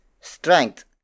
strength